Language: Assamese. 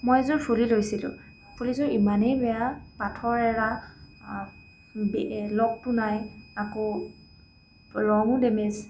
মই এযোৰ ফুলি লৈছিলোঁ ফুলিযোৰ ইমানেই বেয়া পাথৰ এৰা লকটো নাই আকৌ ৰঙো ডেমেজ